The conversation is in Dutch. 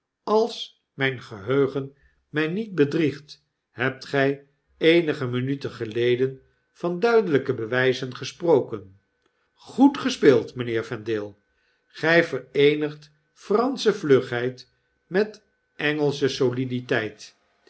als mjjn geheugen my niet bedriegt hebt gjj eenige minuten geleden van duidelpe bewpen gesproken goed gespeeld mgnheer vendale gyvereenigt fransche vlugheid met engelsche